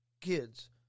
kids